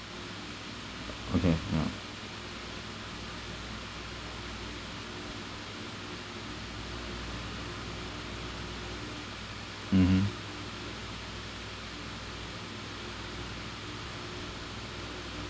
okay yeah mmhmm